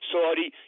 Saudi